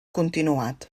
continuat